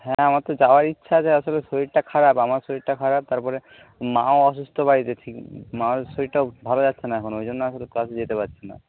হ্যাঁ আমার তো যাওয়ার ইচ্ছা আছে আসলে শরীরটা খারাপ আমার শরীরটা খারাপ তারপরে মাও অসুস্থ বাড়িতে ঠিক মার শরীরটাও ভালো যাচ্ছে না এখন ওই জন্য আসলে ক্লাসে যেতে পারছি না